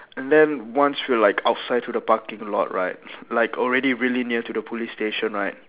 and then once we were like outside to the parking lot right like already really near to the police station right